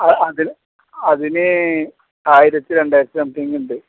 അതിന് ആയിരത്തി രണ്ടായിരത്തി സംതിങ് ഉണ്ട്